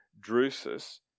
Drusus